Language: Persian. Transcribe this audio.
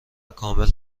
کامل